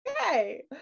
okay